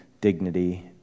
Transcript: dignity